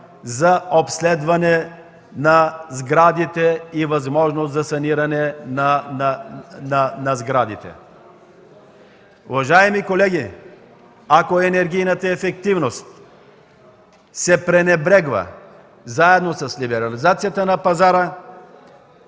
за обследване на сградите и възможност за тяхното саниране. Уважаеми колеги, ако енергийната ефективност се пренебрегва заедно с либерализацията на пазара,